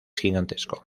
gigantesco